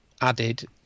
added